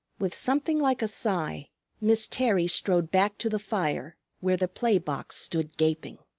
with something like a sigh miss terry strode back to the fire, where the play box stood gaping.